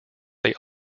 they